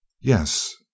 Yes